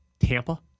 Tampa